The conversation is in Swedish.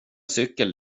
cykel